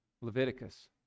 Leviticus